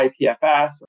IPFS